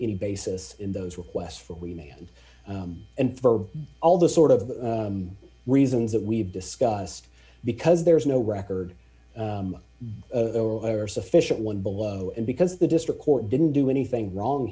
any basis in those requests for we made and for all the sort of reasons that we've discussed because there is no record or sufficient one below and because the district court didn't do anything wrong